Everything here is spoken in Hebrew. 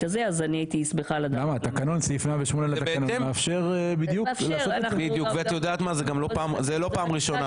אני הייתי שמחה לדעת למה אנחנו יושבים בוועדה הזאת ולא בוועדת החוקה.